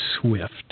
Swift